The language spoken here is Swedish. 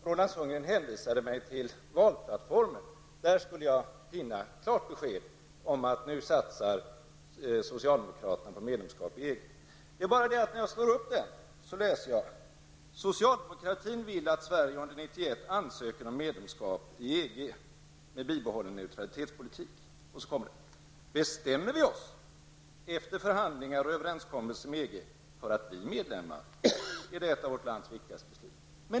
Roland Sundgren hänvisade mig till valplattformen, där jag skulle finna ett klart besked om att socialdemokraterna nu satsar på ett medlemskap i EG. Men där kan jag läsa: ''Socialdemokratin vill att Sverige under 1991 Bestämmer vi oss, efter förhandlingar och överenskommelse med EG, för att bli medlemmar är det ett av vårt lands viktigaste beslut --.''